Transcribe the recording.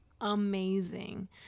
amazing